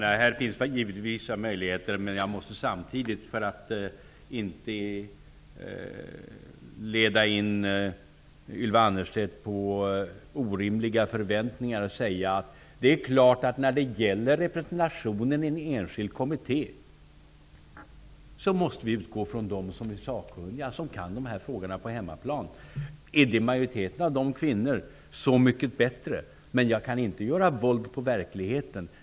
Herr talman! Här finns vissa möjligheter. För att inte leda in Ylva Annerstedt på orimliga förväntningar måste jag ändå säga att vi, när det gäller representationen i en enskild kommitté, självfallet måste utgå från dem som är sakkunniga och kan dessa frågor på hemmaplan. Om majoriteten av dessa är kvinnor, så mycket bättre. Men jag kan inte göra våld på verkligheten.